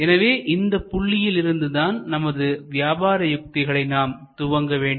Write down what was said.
எனவே இந்த புள்ளியிலிருந்து தான் நமது வியாபார யுக்திகளை நாம் துவங்க வேண்டும்